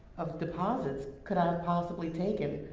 of deposits could i have possibly taken?